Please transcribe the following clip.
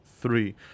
three